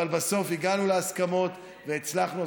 אבל בסוף הגענו להסכמות והצלחנו,